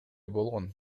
болгон